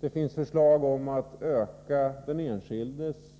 Det finns förslag om att öka den enskildes